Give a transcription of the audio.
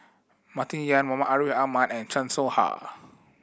Martin Yan Muhammad Ariff Ahmad and Chan Soh Ha